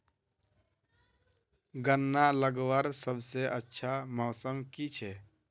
गन्ना लगवार सबसे अच्छा मौसम की छे?